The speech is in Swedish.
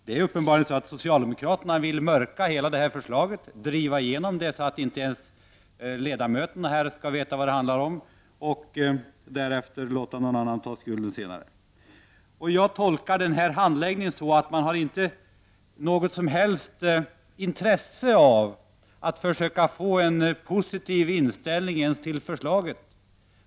Det är uppenbarligen så att socialdemokraterna vill ”mörka” hela det här förslaget och driva igenom det utan att riksdagsledamöterna vet vad det handlar om, och därefter låta någon annan ta skulden. Jag tolkar den här handläggningen så att man inte har något som helst intresse av att försöka åstadkomma en positiv inställning till förslaget.